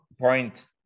point